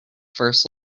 first